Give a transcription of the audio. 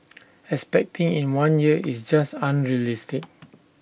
expecting in one year is just unrealistic